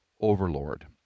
overlord